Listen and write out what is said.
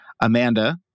Amanda